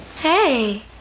Hey